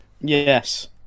yes